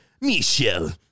Michelle